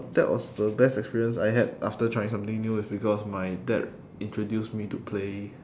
that was the best experience I had after trying something new is because my dad introduced me to play